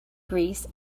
greece